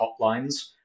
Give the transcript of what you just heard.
hotlines